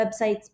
Websites